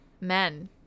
men